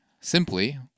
Simply